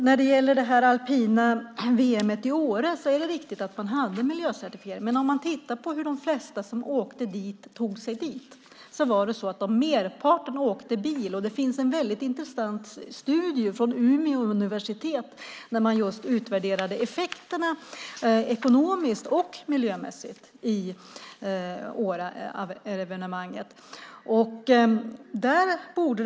När det gäller alpina VM i Åre är det riktigt att man hade miljöcertifieringen, men om man tittar på hur de flesta tog sig dit åkte merparten bil. Det finns en intressant studie från Umeå universitet som utvärderar effekterna ekonomiskt och miljömässigt av evenemanget i Åre.